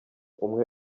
umwe